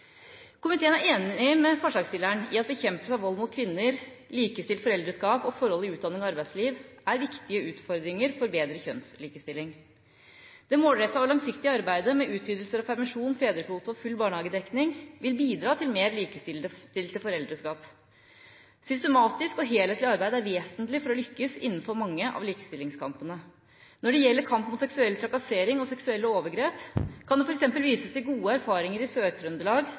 Komiteen er enig med forslagsstillerne i at bekjempelse av vold mot kvinner, likestilt foreldreskap og forhold i utdanning og arbeidsliv er viktige utfordringer for bedre kjønnslikestilling. Det målrettede og langsiktige arbeidet med utvidelser av permisjon, fedrekvote og full barnehagedekning vil bidra til mer likestilte foreldreskap. Systematisk og helhetlig arbeid er vesentlig for å lykkes innenfor mange av likestillingskampene. Når det gjelder kamp mot seksuell trakassering og seksuelle overgrep, kan det f.eks. vises til gode erfaringer i